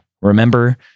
Remember